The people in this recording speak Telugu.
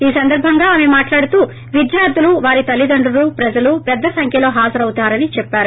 ఈ సందర్బంగా ఆమె మాట్లాడుతూ విద్యార్లులు వారి తల్లిదండ్రులు ప్రజలు పెద్ద స్టంఖ్యలో హాజారు అవుతారని చెప్పారు